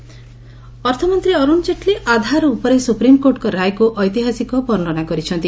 ଜେଟ୍ଲୀ ଆଧାର ଅର୍ଥମନ୍ତ୍ରୀ ଅରୁଣ ଜେଟ୍ଲୀ ଆଧାର ଉପରେ ସୁପ୍ରିମ୍କୋର୍ଟଙ୍କ ରାୟକୁ ଐତିହାସିକ ବର୍ଷ୍ଣନା କରିଛନ୍ତି